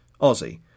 Aussie